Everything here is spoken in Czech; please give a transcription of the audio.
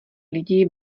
lidí